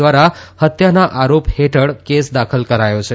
દ્વારા ફત્યાના આરોપ હેઠળ કેસ દાખલ કરાયો છે